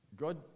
God